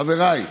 חבריי,